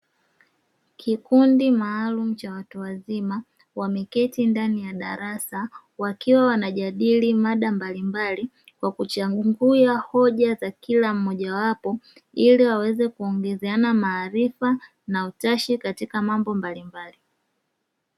Kikundi maalum cha watu wazima wameketi ndani ya darasa wakiwa wanajadili mada mbalimbali na kuchagua hoja za kila mmojawapo ili waweze kuongezeana maarifa na utashi katika mambo mbalimbali.